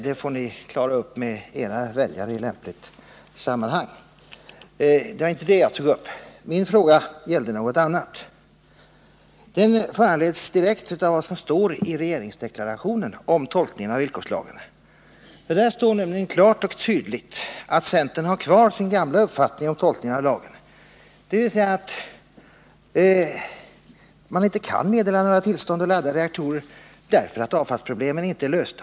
Det får ni klara upp med era väljare i lämpligt sammanhang. Men det var inte det jag tog upp, utan min fråga gällde något annat. Den är direkt föranledd av vad som står i regeringsdeklarationen om tolkningen av villkorslagen. Där står nämligen klart och tydligt att centern har kvar sin gamla uppfattning om tolkningen av lagen: man kan inte meddela några tillstånd att ladda reaktorer, eftersom avfallsproblemen inte är lösta.